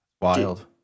Wild